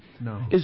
no